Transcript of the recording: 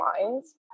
minds